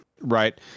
right